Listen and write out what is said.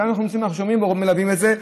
אנחנו מלווים את זה,